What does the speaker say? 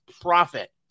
profit